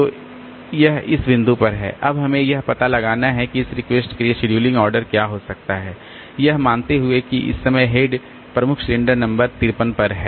तो यह इस बिंदु पर है अब हमें यह पता लगाना है कि इस रिक्वेस्ट के लिए शेड्यलिंग आर्डर क्या हो सकता है यह मानते हुए कि इस समय हेड प्रमुख सिलेंडर नंबर 53 पर है